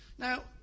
Now